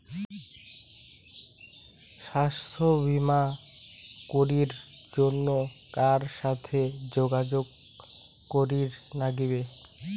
স্বাস্থ্য বিমা করির জন্যে কার সাথে যোগাযোগ করির নাগিবে?